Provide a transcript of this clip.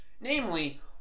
Namely